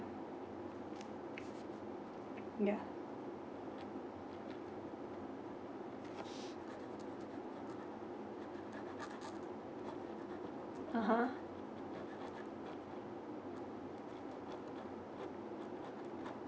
yeuh (uh huh)